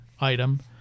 item